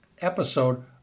episode